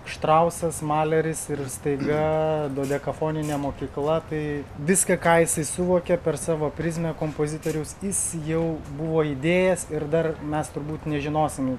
štrausas maleris ir staiga dodekafoninė mokykla tai viską ką jisai suvokė per savo prizmę kompozitoriaus jis jau buvo įdėjęs ir dar mes turbūt nežinosim